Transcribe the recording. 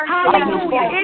Hallelujah